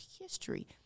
history